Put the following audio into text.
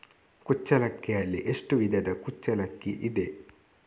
ಕುಚ್ಚಲಕ್ಕಿಯಲ್ಲಿ ಎಷ್ಟು ವಿಧದ ಕುಚ್ಚಲಕ್ಕಿ ಇದೆ?